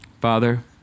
Father